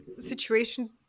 situation